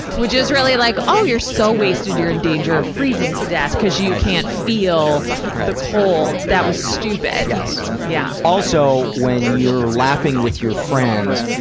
which is really like, oh, you're so wasted, you're in danger of freezing to death, cuz you you can't feel the cold. that was stupid. yes. yeah also, when you're laughing with your friends,